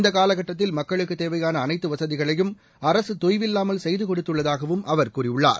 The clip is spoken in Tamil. இந்த காலகட்டத்தில் மக்களுக்குத் தேவையான அனைத்து வசதிகளையும் அரசு தொய்வில்லாமல் செய்து கொடுத்துள்ளதாகவும் அவர் கூறினார்